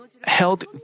held